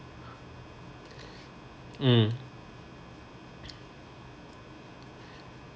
mm